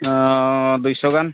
ᱫᱩᱭ ᱥᱚ ᱜᱟᱱ